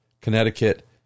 Connecticut